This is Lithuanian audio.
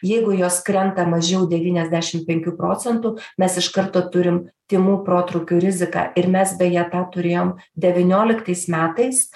jeigu jos krenta mažiau devyniasdešim penkių procentų mes iš karto turim tymų protrūkių riziką ir mes beje tą turėjom devynioliktais metais